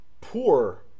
poor